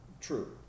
true